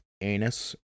anus